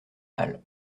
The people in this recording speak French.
mal